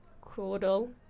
Caudal